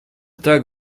tak